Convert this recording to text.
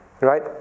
right